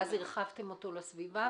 ואז הרחבתם אותו לסביבה,